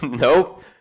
Nope